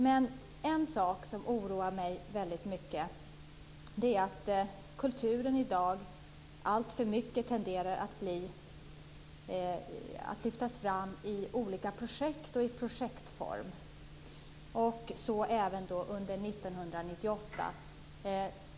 Men en sak som oroar mig väldigt mycket är att kulturen i dag alltför mycket tenderar att lyftas fram i olika projekt och i projektform. Så är det även under 1998.